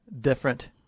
different